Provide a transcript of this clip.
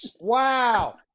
Wow